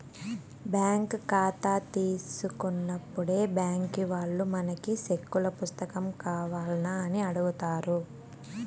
bank కాతా తీసుకున్నప్పుడే బ్యాంకీ వాల్లు మనకి సెక్కుల పుస్తకం కావాల్నా అని అడుగుతారు